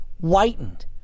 whitened